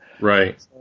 Right